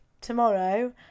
tomorrow